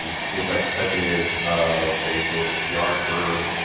um senior vice president of a global pr firm.